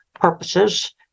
purposes